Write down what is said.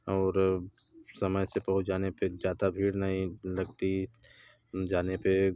और समय से पहुंच जाने पर ज़्यादा भीड़ नहीं लगती जाने पर